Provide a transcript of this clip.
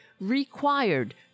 required